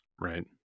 Right